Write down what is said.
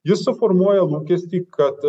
jis suformuoja lūkestį kad